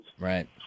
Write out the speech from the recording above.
right